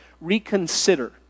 reconsider